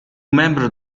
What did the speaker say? membro